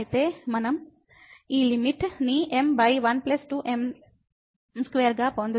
అయితే మనం ఈ లిమిట్ ని m12m2 గా పొందుతాము